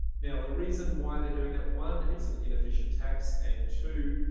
now the reason why they're doing that one, it's an inefficient tax. and two,